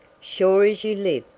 sure as you live!